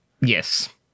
yes